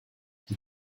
die